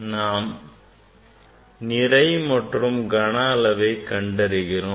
நாம் நிறை மற்றும் கன அளவை கண்டறிகிறோம்